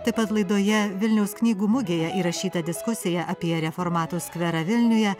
taip pat laidoje vilniaus knygų mugėje įrašytą diskusiją apie reformatų skverą vilniuje